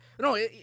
No